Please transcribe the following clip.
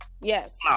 Yes